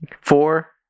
Four